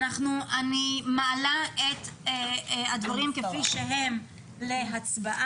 אני מעלה את הדברים כפי שהם להצבעה.